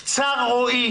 קצר רואי.